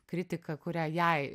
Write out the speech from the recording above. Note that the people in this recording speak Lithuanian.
kritiką kurią jai